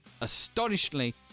astonishingly